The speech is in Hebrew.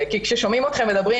כי כששומעים אתכם מדברים,